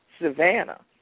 Savannah